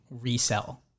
resell